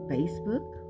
Facebook